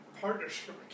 partnership